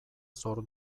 zor